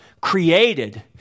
created